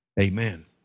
amen